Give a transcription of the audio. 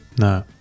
No